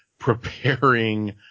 Preparing